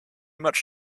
much